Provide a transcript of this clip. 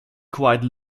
quite